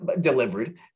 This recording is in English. delivered